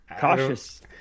cautious